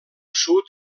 sud